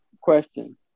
question